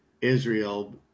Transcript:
Israel